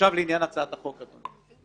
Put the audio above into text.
עכשיו לעניין הצעת החוק, אדוני.